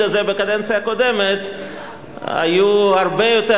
הזה בקדנציה הקודמת היו הרבה יותר,